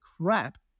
crap